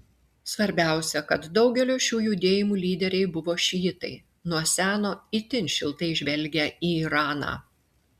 svarbiausia kad daugelio šių judėjimų lyderiai buvo šiitai nuo seno itin šiltai žvelgę į iraną